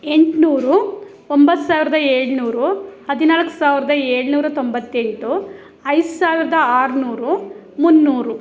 ಎಂಟುನೂರು ಒಂಬತ್ತು ಸಾವಿರದ ಏಳುನೂರು ಹದಿನಾಲ್ಕು ಸಾವಿರದ ಏಳುನೂರ ತೊಂಬತ್ತೆಂಟು ಐದು ಸಾವಿರದ ಆರುನೂರು ಮುನ್ನೂರು